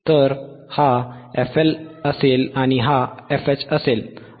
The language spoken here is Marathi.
तर हा fL असेल आणि हा fH असेल